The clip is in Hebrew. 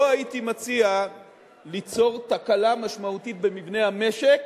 לא הייתי מציע ליצור תקלה משמעותית במבנה המשק,